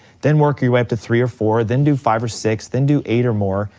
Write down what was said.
then work your way up to three or four, then do five or six, then do eight or more.